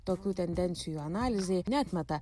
tokių tendencijų analizė neatmeta